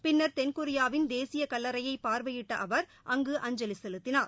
பின்னர் கொரியாவின் தேசிய கல்லறையை பார்வையிட்ட அவர் அங்கு அஞ்சலி செலுத்தினார்